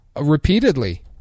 repeatedly